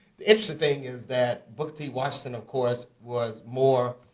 the interesting thing is that booker t. washington, of course, was more